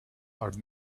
are